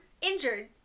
Injured